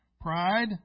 pride